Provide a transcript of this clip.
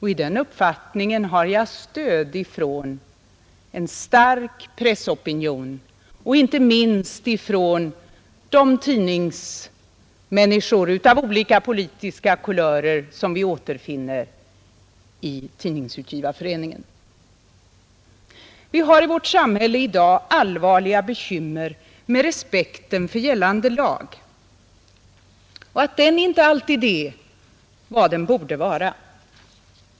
I den uppfattningen har jag stöd från en stark pressopinion och inte minst från de tidningsmänniskor av olika politiska kulörer som vi återfinner inom Tidningsutgivareföreningen. Vi har i vårt samhälle i dag allvarliga bekymmer med att respekten för gällande lag inte alltid är vad den borde vara.